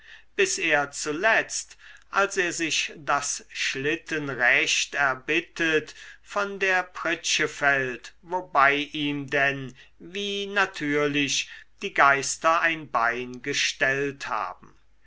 bis er zuletzt als er sich das schlittenrecht erbittet von der pritsche fällt wobei ihm denn wie natürlich die geister ein bein gestellt haben